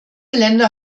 länder